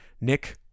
Nick